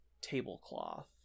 tablecloth